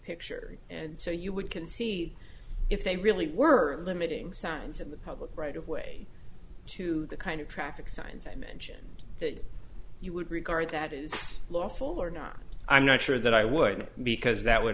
picture and so you would can see if they really were limiting signs in the public right of way to the kind of traffic signs i mention that you would regard that is lawful or not i'm not sure that i would because that would